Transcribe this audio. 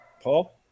Paul